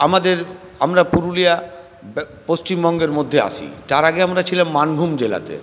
আমাদের আমরা পুরুলিয়া পশ্চিমবঙ্গের মধ্যে আসি তার আগে আমরা ছিলাম মানভূম জেলাতে